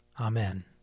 Amen